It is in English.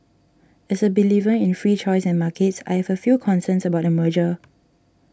as a believer in free choice and markets I have few concerns about the merger